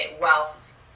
wealth